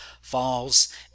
falls